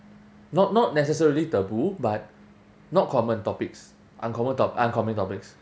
not not necessarily taboo but not common topics uncommon top~ uncommon topics